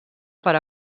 per